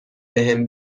بهم